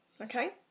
okay